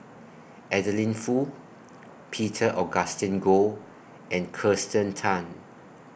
Adeline Foo Peter Augustine Goh and Kirsten Tan